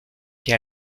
que